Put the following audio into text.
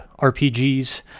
RPGs